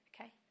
okay